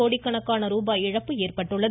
கோடிக்கணக்கான ரூபாய் இழப்பு ஏற்பட்டுள்ளது